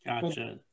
Gotcha